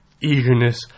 eagerness